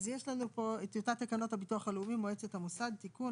אז יש לנו פה את טיוטת תקנות הביטוח הלאומי (מועצת המוסד) (תיקון),